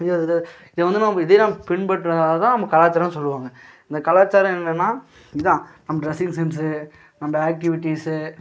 இது இது இதை வந்து நம்ப இதே நம்ப பின்பற்றுதுனால்தான் நம்ம கலாச்சாரோம்னு சொல்லுவாங்க இந்த கலாச்சாரம் என்னன்னால் இதுதான் நம்ம ட்ரெஸ்ஸிங் சென்ஸு நம்ப ஆக்டிவிட்டீஸு